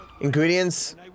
Ingredients